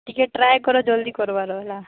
ଟିକେ ଟ୍ରାଏ କର ଜଲ୍ଦି କର୍ବାର ହେଲା